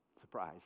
Surprise